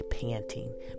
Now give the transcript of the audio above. panting